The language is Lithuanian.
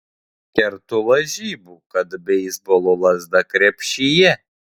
kertu lažybų kad beisbolo lazda krepšyje